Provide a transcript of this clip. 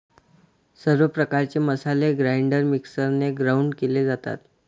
सर्व प्रकारचे मसाले ग्राइंडर मिक्सरने ग्राउंड केले जातात